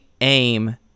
aim